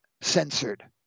censored